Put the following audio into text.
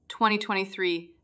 2023